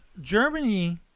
Germany